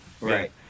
Right